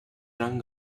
rang